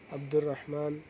Abdul Rahman